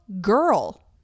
girl